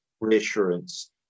reassurance